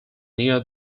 near